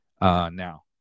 Now